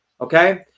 okay